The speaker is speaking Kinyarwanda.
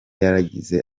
yaragize